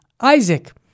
Isaac